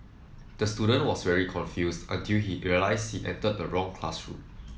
the student was very confused until he realised he entered the wrong classroom